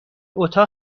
اتاق